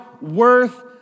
worth